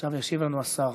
ישיב לנו השר,